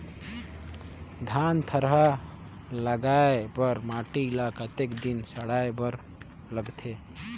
धान थरहा लगाय बर माटी ल कतेक दिन सड़ाय बर लगथे?